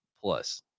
plus